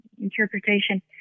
interpretation